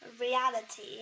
reality